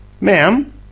ma'am